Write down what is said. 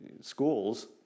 Schools